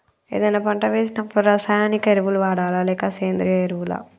ఏదైనా పంట వేసినప్పుడు రసాయనిక ఎరువులు వాడాలా? లేక సేంద్రీయ ఎరవులా?